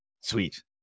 Sweet